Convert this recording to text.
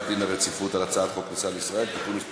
על הצעת חוק הכניסה לישראל (תיקון מס'